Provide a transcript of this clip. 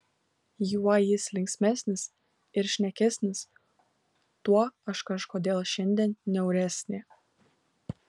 juo jis linksmesnis ir šnekesnis tuo aš kažkodėl šiandien niauresnė